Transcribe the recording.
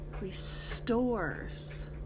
restores